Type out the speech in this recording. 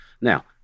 Now